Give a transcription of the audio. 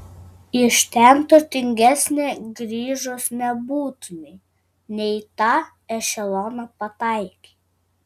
iš ten turtingesnė grįžus nebūtumei ne į tą ešeloną pataikei